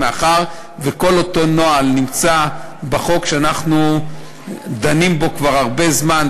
מאחר שכל אותו נוהל נמצא בחוק שאנחנו דנים בו כבר הרבה זמן,